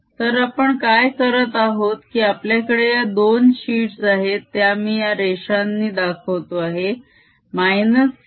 तर आपण काय करत आहोत की आपल्याकडे या दोन शीट्स आहेत त्या मी या रेषांनी दाखवतो आहे σ